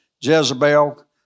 Jezebel